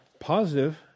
Positive